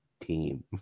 team